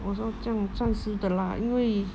我说这样暂时的 lah 因为